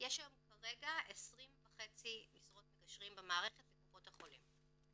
יש כיום 20.5 משרות מגשרים במערכת לקופות החולים.